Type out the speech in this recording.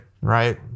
right